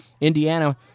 Indiana